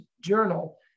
journal